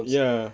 ya